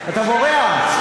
אתה בורח.